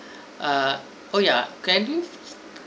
ah oo ya can he